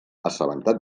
assabentat